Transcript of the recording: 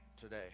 today